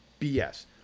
BS